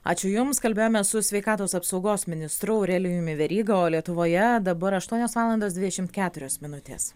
ačiū jums kalbėjomės su sveikatos apsaugos ministru aurelijumi veryga o lietuvoje dabar aštuonios valandos dvidešimt keturios minutės